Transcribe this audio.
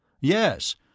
yes